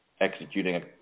executing